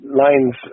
lines